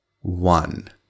One